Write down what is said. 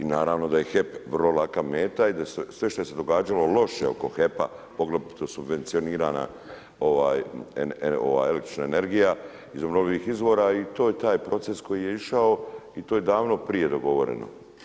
I naravno da je HEP vrlo laka meta i sve što se je događalo loše oko HEP-a moglo bi biti subvencionirana električna energija iz obnovljivih izvora i to je taj proces koji je išao, to je davno prije dogovoreno.